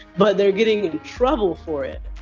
but they're getting in trouble for it.